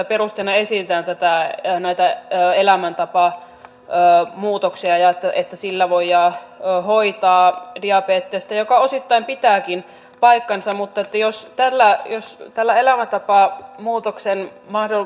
perusteena esitetään näitä elämäntapamuutoksia ja sitä että sillä muutoksella voidaan hoitaa diabetesta mikä osittain pitääkin paikkansa mutta jos tällä jos tällä elämäntapamuutoksen